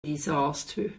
disaster